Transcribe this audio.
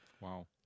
wow